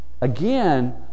again